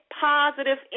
positive